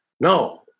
no